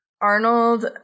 arnold